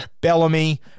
Bellamy